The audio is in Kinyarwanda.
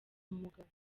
umugabo